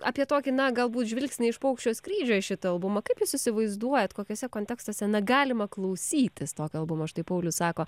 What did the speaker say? apie tokį na galbūt žvilgsnį iš paukščio skrydžio į šitą albumą kaip jūs įsivaizduojat kokiuose kontekstuose na galima klausytis tokio albumo štai paulius sako